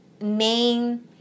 main